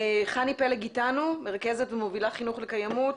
חני פלג, מרכזת ומובילה חינוך לקיימות